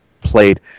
played